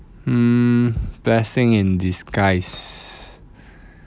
mm blessing in disguise